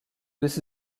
this